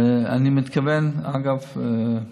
ואני מתכוון, אגב,